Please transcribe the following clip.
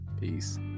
Peace